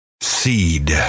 SEED